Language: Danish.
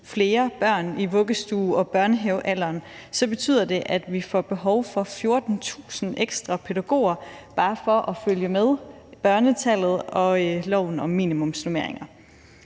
flere børn i vuggestue- og børnehavealderen, så betyder det, at vi får behov for 14.000 ekstra pædagoger bare for at følge med børnetallet og leve op til loven om minimumsnormeringer.